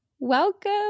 Welcome